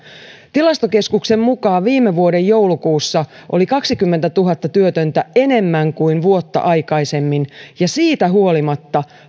tilastokeskuksen mukaan viime vuoden joulukuussa oli kaksikymmentätuhatta työtöntä enemmän kuin vuotta aikaisemmin ja siitä huolimatta